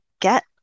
get